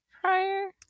prior